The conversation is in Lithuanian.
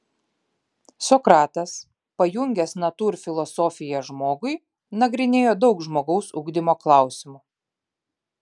sokratas pajungęs natūrfilosofiją žmogui nagrinėjo daug žmogaus ugdymo klausimų